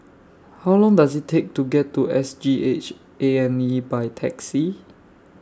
How Long Does IT Take to get to S G H A and E By Taxi